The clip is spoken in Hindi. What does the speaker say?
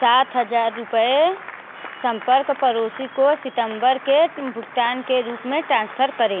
सात हज़ार रुपये सम्पर्क पड़ोसी को सितम्बर के भुगतान के रूप में ट्रांसफर करें